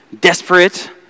desperate